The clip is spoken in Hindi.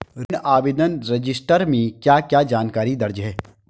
ऋण आवेदन रजिस्टर में क्या जानकारी दर्ज है?